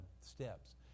steps